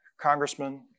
congressman